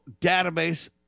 database